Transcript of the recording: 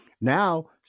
now